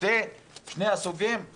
בכל מקרה,